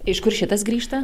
iš kur šitas grįžta